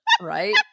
right